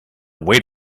wait